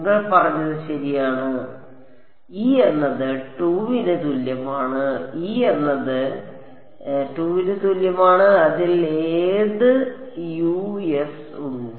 നിങ്ങൾ പറഞ്ഞത് ശരിയാണ് e എന്നത് 2 ന് തുല്യമാണ് e എന്നത് 2 ന് തുല്യമാണ് അതിൽ ഏത് Us ഉണ്ട്